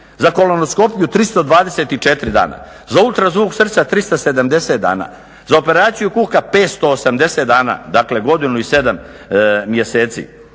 za kolonoskopiju 324 dana, za ultrazvuk srca 370 dana, za operaciju kuka 580 dana, dakle godinu i 7 mjeseci,